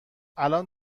الان